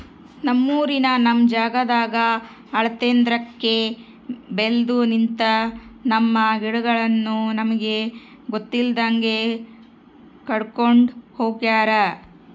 ನಮ್ಮೂರಿನ ನಮ್ ಜಾಗದಾಗ ಆಳೆತ್ರಕ್ಕೆ ಬೆಲ್ದು ನಿಂತ, ನಮ್ಮ ಗಿಡಗಳನ್ನು ನಮಗೆ ಗೊತ್ತಿಲ್ದಂಗೆ ಕಡ್ಕೊಂಡ್ ಹೋಗ್ಯಾರ